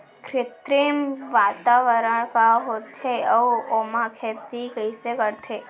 कृत्रिम वातावरण का होथे, अऊ ओमा खेती कइसे करथे?